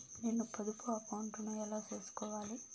నేను పొదుపు అకౌంటు ను ఎలా సేసుకోవాలి?